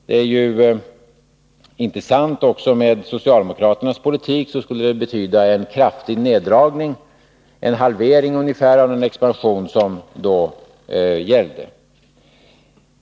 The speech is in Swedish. Det är ju inte sant. Också socialdemokraternas politik skulle betyda en kraftig neddragning, en halvering ungefär, av den expansion som då gällde.